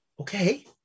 Okay